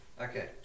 Okay